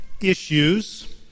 Issues